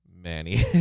Manny